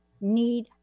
need